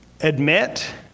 Admit